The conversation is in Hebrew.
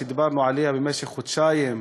שדיברנו עליה במשך חודשיים,